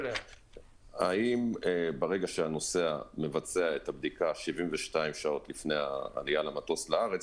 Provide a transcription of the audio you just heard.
האם ברגע שהנוסע מבצע את הבדיקה 72 שעות לפני העלייה למטוס לארץ,